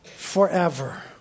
Forever